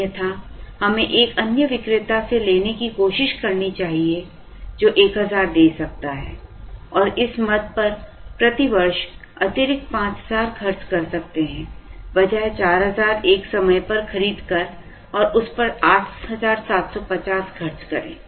अन्यथा हमें एक अन्य विक्रेता से लेने की कोशिश करनी चाहिए जो 1000 दे सकता है और इस मद पर प्रति वर्ष अतिरिक्त 5000 खर्च कर सकते है बजाय 4000 एक समय पर खरीद कर और उस पर 8750 खर्च करें